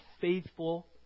faithful